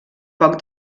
poc